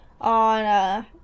on